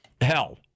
hell